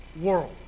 world